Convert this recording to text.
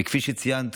וכפי שציינת,